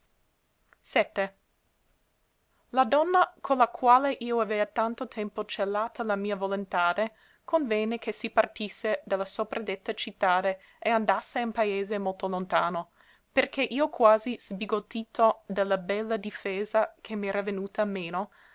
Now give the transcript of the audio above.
e a donna co la quale io avea tanto tempo celata la mia volontade convenne che si partisse de la sopradetta cittade e andasse in paese molto lontano per che io quasi sbigottito de la bella difesa che m'era venuta meno